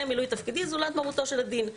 מילוי תפקידי זולת מרותו של הדין.